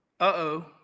uh-oh